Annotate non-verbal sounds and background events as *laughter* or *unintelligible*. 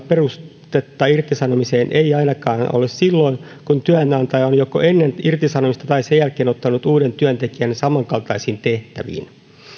*unintelligible* perustetta irtisanomiseen ei ainakaan ole silloin kun työnantaja on joko ennen irtisanomista tai sen jälkeen ottanut uuden työntekijän samankaltaisiin tehtäviin